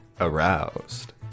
aroused